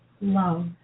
love